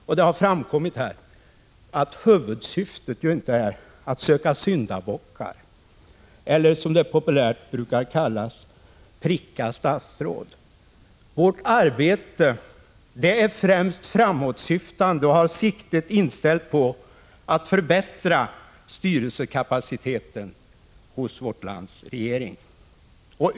Det har här framkommit att huvudsyftet inte är att söka syndabockar eller, som det populärt brukar kallas, pricka statsråd. Vårt arbete är främst framåtsyftande och har siktet inställt på att förbättra styrelsekapaciteten hos vårt lands regering.